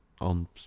on